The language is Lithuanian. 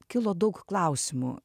kilo daug klausimų